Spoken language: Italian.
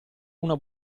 una